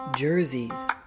Jerseys